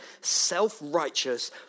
self-righteous